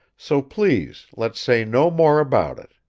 so please let's say no more about it.